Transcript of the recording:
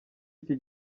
iki